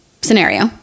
scenario